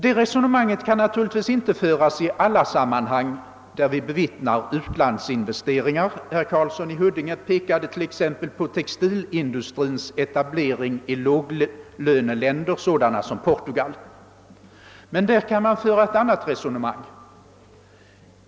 Det resonemanget kan naturligtvis inte föras i alla sammanhang där vi bevittnar utlandsinvesteringar. Herr Karlsson i Huddinge pekade t.ex. på textilindustrins etablering i låglöneländer sådana som Portugal. Men där kan man föra ett annat resonemang.